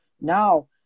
now